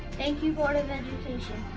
thank you board of education.